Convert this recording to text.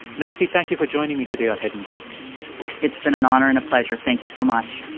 nancy, thank you for joining me today on hidden brain it's been an honor and a pleasure. thank you so much